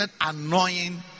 annoying